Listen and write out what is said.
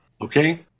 okay